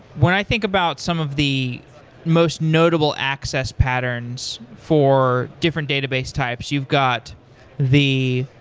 when i think about some of the most notable access patterns for different database types, you've got the